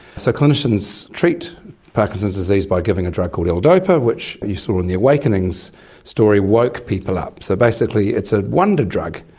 so clinicians treat parkinson's disease by giving a drug called l-dopa which you saw in the awakenings story woke people up. so basically it's a wonder drug,